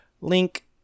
Link